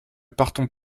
partons